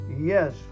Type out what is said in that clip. Yes